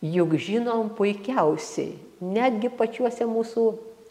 juk žinom puikiausiai netgi pačiuose mūsų